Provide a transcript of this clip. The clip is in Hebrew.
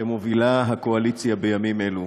שמובילה הקואליציה בימים אלו